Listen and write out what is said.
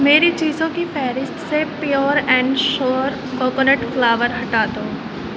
میری چیزوں کی فہرست سے pure and sure coconut flour ہٹا دو